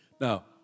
Now